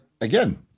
again